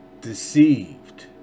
deceived